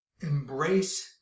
embrace